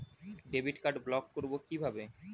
Debit card block করব কিভাবে?